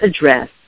Address